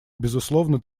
безусловно